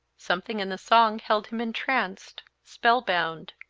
something in the song held him entranced, spell-bound.